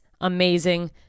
amazing